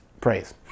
praise